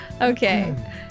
Okay